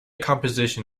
composition